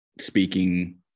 speaking